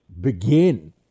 begin